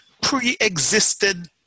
pre-existed